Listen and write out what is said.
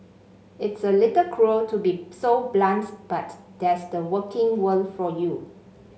it's a little cruel to be so blunt but that's the working world for you